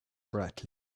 brightly